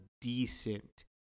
decent